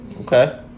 okay